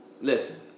listen